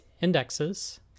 indexes